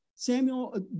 samuel